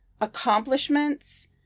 accomplishments